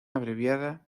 abreviada